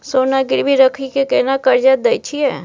सोना गिरवी रखि के केना कर्जा दै छियै?